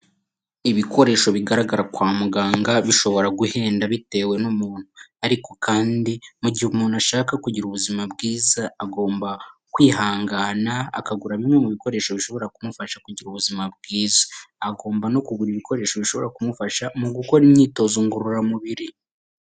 Ibikoresho bigaragara kwa muganga bishobora guhenda bitewe n'umuntu ariko kandi mu gihe umuntu ashaka kugira ubuzima bwiza, Agomba kwihangana akagura bimwe ibikoresho bishobora kumufasha kugira ubuzima bwiza. Agomba no kugura ibikoresho bishobora kumufasha mu gukora imyitozo ngororamubiri.